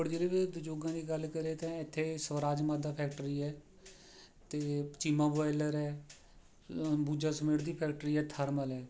ਰੋਪੜ ਜ਼ਿਲ੍ਹੇ ਦੇ ਉਦਯੋਗਾਂ ਦੀ ਗੱਲ ਕਰੀਏ ਤਾਂ ਇੱਥੇ ਸਵਰਾਜ ਮਜ਼ਦਾ ਫੈਕਟਰੀ ਹੈ ਅਤੇ ਚੀਮਾਂ ਬੋਆਏਲਰ ਹੈ ਅੰਬੂਜਾ ਸੀਮਿੰਟ ਦੀ ਫੈਕਟਰੀ ਹੈ ਥਰਮਲ ਹੈ